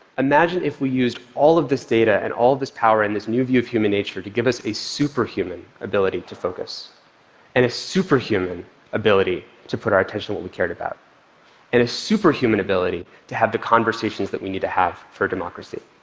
imagine if we used all of this data and all of this power and this new view of human nature to give us a superhuman ability to focus and a superhuman ability to put our attention to what we cared about and a superhuman ability to have the conversations that we need to have for democracy.